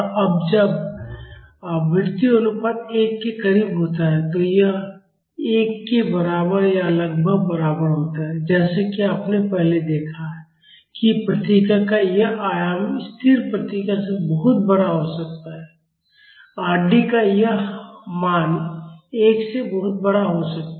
अब जब आवृत्ति अनुपात एक के करीब होता है तो यह 1 के बराबर या लगभग बराबर होता है जैसा कि आपने पहले देखा है कि प्रतिक्रिया का यह आयाम स्थिर प्रतिक्रिया से बहुत बड़ा हो सकता है Rd का यह मान 1 से बहुत बड़ा हो सकता है